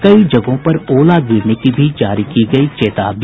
कई जगहों पर ओला गिरने की भी जारी की गयी चेतावनी